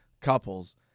couples